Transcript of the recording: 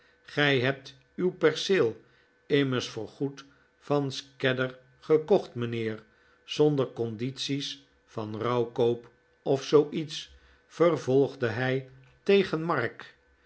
gij hebt uw perceel immers voorgoed van scadder gekocht mijnheer zonder condities van rouwkoop of zooiets vervolgde'hij tegen mark